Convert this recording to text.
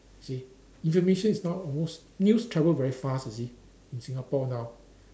see information is not almost news travel very fast you see in Singapore now